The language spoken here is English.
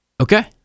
Okay